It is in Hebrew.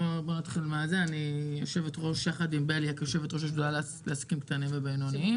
אני יושבת-ראש השדולה לעסקים קטנים ובינוניים.